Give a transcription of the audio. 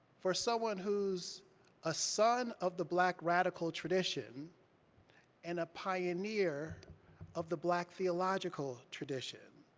for someone who's a son of the black radical tradition and a pioneer of the black theological tradition,